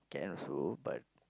can also but